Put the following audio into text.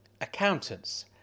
Accountants